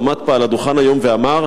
הוא עמד פה על הדוכן היום ואמר: